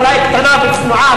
אולי קטנה וצנועה,